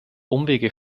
umwege